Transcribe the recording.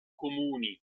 comuni